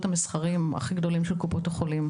המסחריים הכי גדולים של קופות החולים,